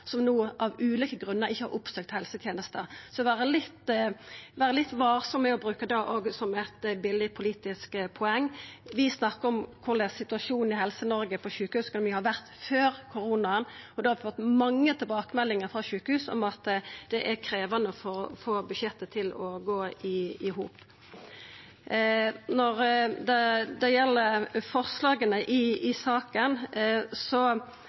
som no av ulike grunnar ikkje har oppsøkt helsetenester, så ein bør vera litt varsam med å bruka det òg som eit billeg politisk poeng. Vi snakkar om korleis situasjonen i Helse-Noreg på sjukehus har vore før koronaen, og vi har fått mange tilbakemeldingar frå sjukehus om at det er krevjande å få budsjettet til å gå i hop. Når det gjeld forslaga i saka,